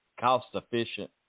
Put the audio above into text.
cost-efficient